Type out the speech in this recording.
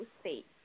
State